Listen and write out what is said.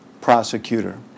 prosecutor